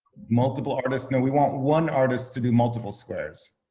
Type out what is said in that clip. multiple artists no, we want one artist to do multiple squares.